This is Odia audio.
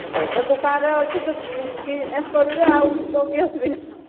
ତୋର ତ ଦୋକାନ ଅଛି ତୁ ବିଜିନେସ୍ କରୁଛୁ ଆଉ ତୋର କି ଅସୁବିଧା